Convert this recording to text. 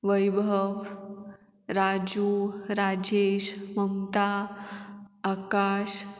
Vaibhav Raju Rajesh Mamata Akash